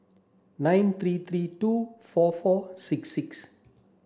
nine three three two four four six six